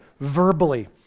verbally